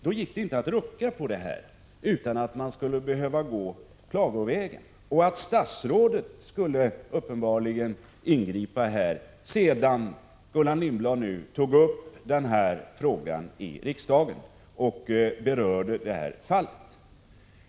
Då gick det inte att ändra på detta beslut utan att gå klagovägen, så att statsrådet tvingades ingripa i frågan sedan Gullan Lindblad hade tagit upp frågan här i riksdagen och berört detta särskilda fall.